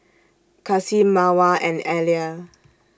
Kasih Mawar and Alya